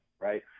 right